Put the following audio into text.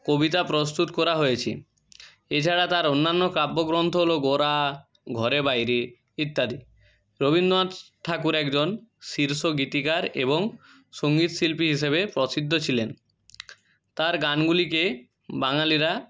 কবিতা প্রস্তুত করা হয়েছে এছাড়া তাঁর অন্যান্য কাব্যগ্রন্থ হল গোরা ঘরে বাইরে ইত্যাদি রবীন্দ্রনাথ ঠাকুর একজন শীর্ষ গীতিকার এবং সংগীত শিল্পী হিসেবে প্রসিদ্ধ ছিলেন তাঁর গানগুলিকে বাঙালিরা